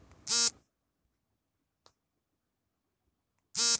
ನಾನು ಬ್ಯಾಂಕಿನಲ್ಲಿ ಸಾಲದ ಅರ್ಜಿ ನಮೂನೆಯನ್ನು ಪಡೆಯಬಹುದೇ?